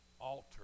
alter